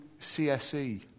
CSE